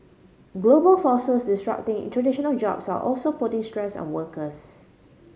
global forces disrupting traditional jobs are also putting stress on workers